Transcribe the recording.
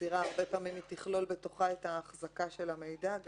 שמסירה תכלול הרבה פעמים בתוכה החזקה של המידע.